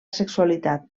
sexualitat